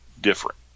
different